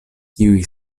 kiuj